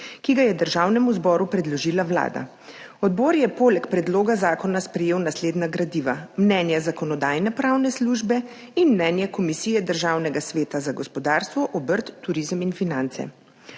ki ga je Državnemu zboru predložila Vlada. Odbor je poleg predloga zakona prejel naslednja gradiva: mnenje Zakonodajno-pravne službe in mnenje Komisije Državnega sveta za gospodarstvo, obrt, turizem in finance.